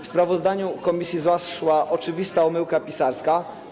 W sprawozdaniu komisji zaszła oczywista omyłka pisarska.